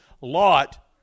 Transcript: Lot